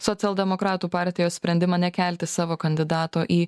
socialdemokratų partijos sprendimą nekelti savo kandidato į